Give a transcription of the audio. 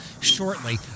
shortly